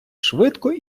швидко